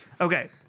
Okay